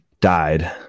died